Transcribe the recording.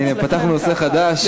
הנה, פתחנו נושא חדש.